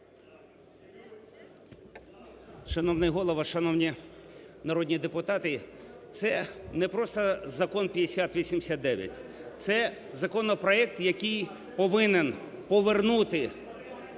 Шановний Голово! Шановні народні депутати! Це не просто закон 5089, це законопроект, який повинен повернути